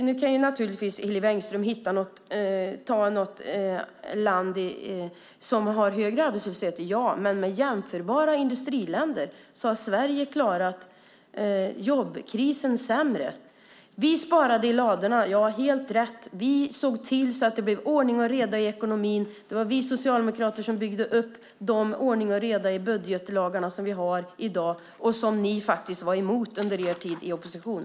Nu kan Hillevi Engström naturligtvis ta som exempel något land som har högre arbetslöshet än Sverige, ja, men i jämförelse med jämförbara industriländer har Sverige klarat jobbkrisen sämre. Vi sparade i ladorna - ja, helt rätt. Vi såg till att det blev ordning och reda i ekonomin. Det var vi socialdemokrater som byggde upp den ordning och reda i budgetlagarna som vi har i dag, och som ni faktiskt var emot under er tid i opposition.